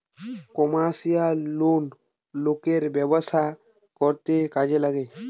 commercial loan লোকের ব্যবসা করতে কাজে লাগছে